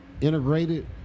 integrated